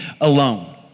alone